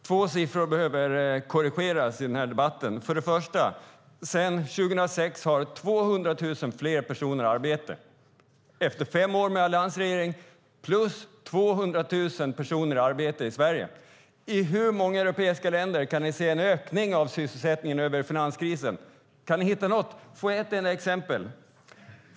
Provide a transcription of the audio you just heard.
Fru talman! Två siffror i debatten behöver korrigeras. För det första: Sedan 2006 har 200 000 fler personer arbete. Efter fem år med alliansregeringen är facit plus 200 000 personer i arbete i Sverige. I hur många europeiska länder kan ni se en ökning av sysselsättningen under finanskrisen? Kan ni hitta något? Ge mig ett enda exempel!